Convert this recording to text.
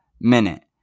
minute